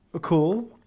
cool